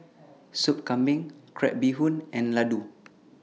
Sup Kambing Crab Bee Hoon and Laddu